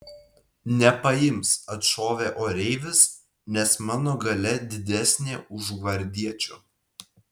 nepaims atšovė oreivis nes mano galia didesnė už gvardiečių